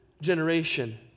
generation